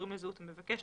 הקשורים לזהות המבקש,